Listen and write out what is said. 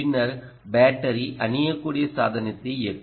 பின்னர் பேட்டரி அணியக்கூடிய சாதனத்தை இயக்கும்